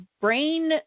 brain